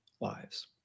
lives